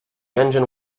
engine